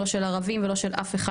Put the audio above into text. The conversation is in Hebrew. לא של ערבים ולא של אף אחד.